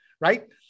right